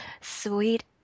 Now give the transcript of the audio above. sweet